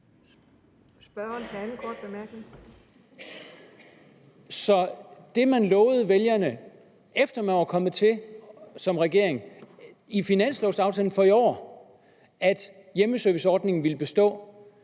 Så det, man lovede vælgerne som regering, efter man var kommet til, i finanslovaftalen for i år, nemlig at hjemmeserviceordningen ville bestå,